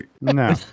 No